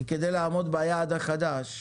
כדי לעמוד ביעד החדש,